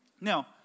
Now